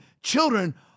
children